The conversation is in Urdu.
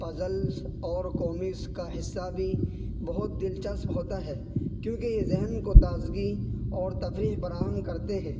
پزلس اور کومکس کا حصہ بھی بہت دلچسپ ہوتا ہے کیونکہ ذہن کو تازگی اور تفریح فراہم کرتے ہیں